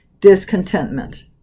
Discontentment